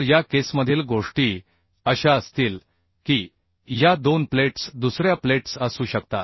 तर या केसमधील गोष्टी अशा असतील की या दोन प्लेट्स दुसर्या प्लेट्स असू शकतात